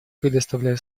предоставляю